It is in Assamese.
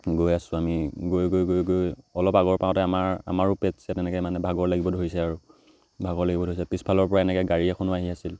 গৈ আছোঁ আমি গৈ গৈ গৈ গৈ অলপ আগৰ পাওঁতে আমাৰ আমাৰো পেট চেট তেনেকৈ মানে ভাগৰ লাগিব ধৰিছে আৰু ভাগৰ লাগিব ধৰিছে পিছফালৰ পৰা এনেকৈ গাড়ী এখনো আহি আছিল